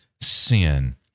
sin